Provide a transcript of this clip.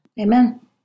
Amen